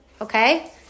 okay